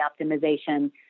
optimization